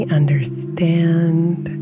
understand